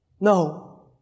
No